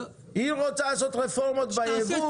היא רוצה לעשות רפורמות בייבוא.